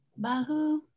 Bahu